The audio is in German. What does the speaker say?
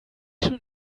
schon